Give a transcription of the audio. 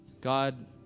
God